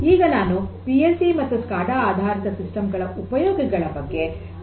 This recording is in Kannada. ಈಗ ನಾನು ಪಿ ಎಲ್ ಸಿ ಮತ್ತು ಸ್ಕಾಡಾ ಆಧಾರಿತ ಸಿಸ್ಟಮ್ ಗಳ ಉಪಯೋಗಗಳ ಬಗ್ಗೆ ಪ್ರಾಯೋಗಿಕವಾಗಿ ಪ್ರದರ್ಶಿಸುತ್ತೇನೆ